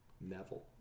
Neville